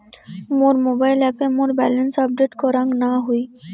মোর mobile অ্যাপে মোর balance update করাং না হই